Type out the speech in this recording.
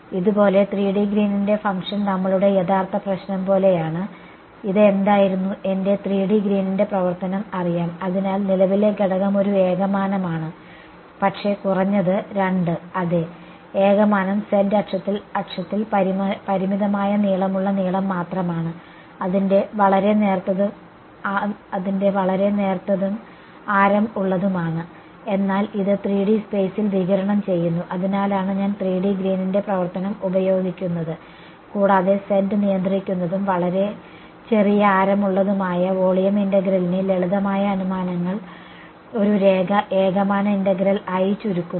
ഇതുപോലുള്ള 3D ഗ്രീനിന്റെ function Green's function നമ്മളുടെ യഥാർത്ഥ പ്രശ്നം പോലെയാണ് ഇത് എന്തായിരുന്നു എന്റെ 3D ഗ്രീനിന്റെ പ്രവർത്തനം Green's function അറിയാം അതിനാൽ നിലവിലെ ഘടകം ഒരു ഏകമാനമാണ് പക്ഷേ കുറഞ്ഞത് രണ്ട് അതെ ഏകമാനം z അക്ഷത്തിൽ പരിമിതമായ നീളമുള്ള നീളം മാത്രമാണ് അതിന്റെ വളരെ നേർത്തതും ആരം ഉള്ളതുമാണ് എന്നാൽ അത് 3D സ്പെയ്സിൽ വികിരണം ചെയ്യുന്നു അതിനാലാണ് ഞാൻ 3D ഗ്രീനിന്റെ പ്രവർത്തനം Green's function ഉപയോഗിക്കുന്നത് കൂടാതെ z നിയന്ത്രിക്കുന്നതും വളരെ ചെറിയ ആരമുള്ളതുമായ വോളിയം ഇന്റഗ്രലിന്റെ ലളിതമായ അനുമാനങ്ങൾ ഒരു രേഖ ഏകമാന ഇന്റഗ്രൽ ആയി ചുരുക്കുന്നു